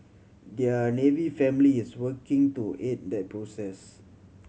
their Navy family is working to aid that process